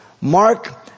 Mark